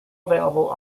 available